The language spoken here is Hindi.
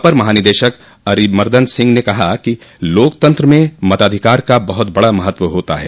अपर महानिदेशक अरिमर्दन सिंह ने कहा कि लोकतंत्र में मताधिकार का बहुत बड़ा महत्व होता है